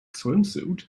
swimsuit